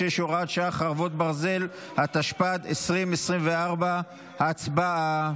26, הוראת שעה, חרבות ברזל), התשפ"ד 2024. הצבעה.